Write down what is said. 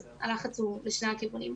אז הלחץ הוא בשני הכיוונים.